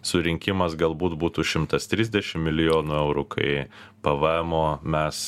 surinkimas galbūt būtų šimtas trisdešim milijonų eurų kai pvmo mes